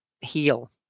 heal